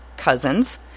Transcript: cousins